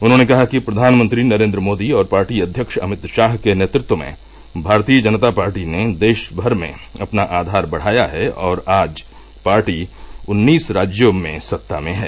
उन्होंने कहा कि प्रधानमंत्री नरेन्द्र मोदी और पार्टी अध्यक्ष अभित शाह के नेतृत्व में भारतीय जनता पार्टी ने देशभर में अपना आघार बढ़ाया है और आज पार्टी उन्नीस राज्यों में सत्ता में है